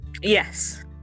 Yes